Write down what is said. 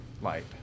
light